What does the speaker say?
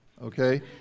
okay